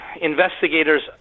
investigators